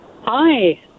hi